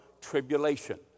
tribulation